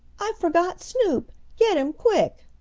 i forgot snoop! get him quick!